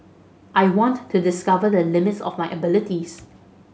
I wanted to discover the limits of my abilities